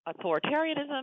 authoritarianism